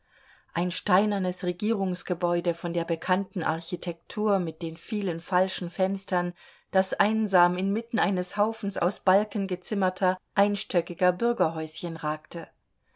ein steinernes regierungsgebäude von der bekannten architektur mit den vielen falschen fenstern das einsam inmitten eines haufens aus balken gezimmerter einstöckiger bürgerhäuschen ragte